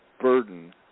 burden